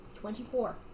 twenty-four